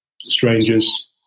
strangers